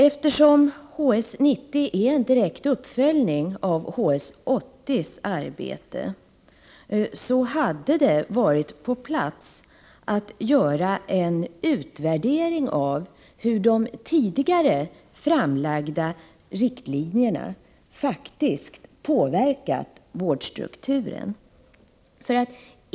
Eftersom HS 90 är en direkt uppföljning av HS 80:s arbete hade det varit på sin plats att göra en utvärdering av hur de tidigare framlagda riktlinjerna faktiskt påverkat vårdstrukturen.